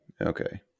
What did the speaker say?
okay